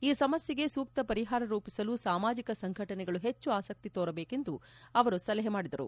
ಈ ಸಮಸ್ಥೆಗೆ ಸೂಕ್ತ ಪರಿಹಾರ ರೂಪಿಸಲು ಸಾಮಾಜಿಕ ಸಂಘಟನೆಗಳು ಹೆಚ್ಚು ಆಸಕ್ತಿ ತೋರಬೇಕೆಂದು ಅವರು ಸಲಹೆ ಮಾಡಿದರು